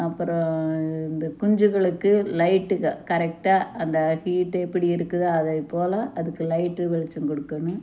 அப்பறம் வந்து குஞ்சுகளுக்கு லைட்டுகள் கரெக்டாக அந்த ஹீட் எப்படி இருக்குது அதேபோல அதுக்கு லைட்டு வெளிச்சம் கொடுக்கணும்